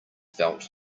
felt